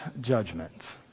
judgment